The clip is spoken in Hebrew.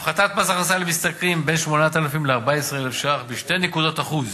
הפחתת מס הכנסה למשתכרים בין 8,000 ל-14,000 שקלים בשתי נקודות אחוז,